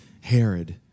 Herod